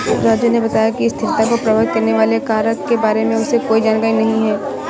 राजू ने बताया कि स्थिरता को प्रभावित करने वाले कारक के बारे में उसे कोई जानकारी नहीं है